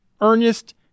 Ernest